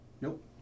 Nope